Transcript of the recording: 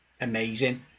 amazing